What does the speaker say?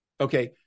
Okay